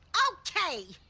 okay.